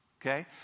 okay